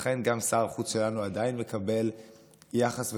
לכן, גם שר החוץ שלנו עדיין מקבל יחס וכותרות,